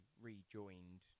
rejoined